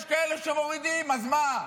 יש כאלה שמורידים, אז מה?